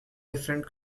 different